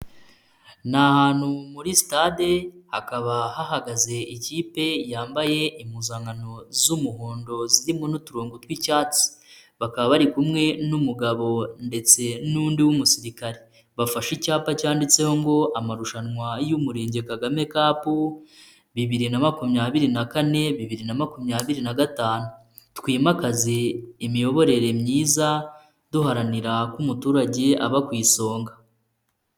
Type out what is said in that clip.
Ni ahantu muri sitade. Hakaba hahagaze ikipe yambaye impuzankano z'umuhondo zirimo n'uturongo tw'icyatsi. Bakaba bari kumwe n'umugabo ndetse n'undi w'umusirikare bafashe icyapa cyanditseho ngo amarushanwa y'Umurenge Kagame cup bibiri na makumyabiri na kane- bibiri na makumyabiri na gatanu. Twimakaze imiyoborere myiza duharanira ko umuturage aba ku isonga.